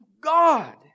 God